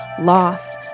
loss